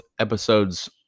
episodes